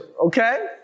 okay